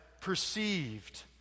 perceived